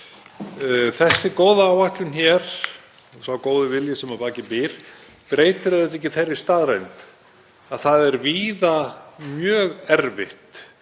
Þessi góða áætlun og sá góði vilji sem að baki býr breytir ekki þeirri staðreynd að það er víða mjög erfitt